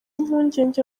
impungenge